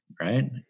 right